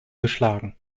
geschlagen